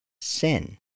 sin